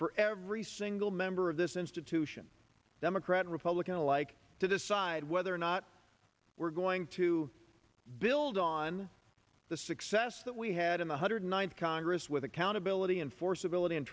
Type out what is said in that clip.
for every single member of this institution democrat and republican alike to decide whether or not we're going to build on the success that we had in one hundred ninth congress with accountability and for civility and